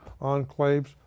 enclaves